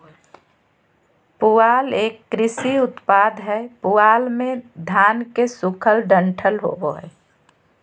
पुआल एक कृषि उपोत्पाद हय पुआल मे धान के सूखल डंठल होवो हय